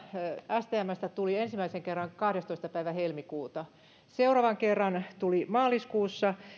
stmstä tuli ensimmäisen kerran kahdestoista päivä helmikuuta seuraavan kerran tuli maaliskuussa